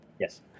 Yes